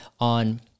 on